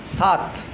সাত